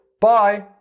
Bye